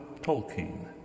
Tolkien